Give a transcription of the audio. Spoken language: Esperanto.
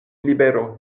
libero